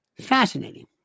Fascinating